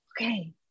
Okay